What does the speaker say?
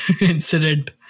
incident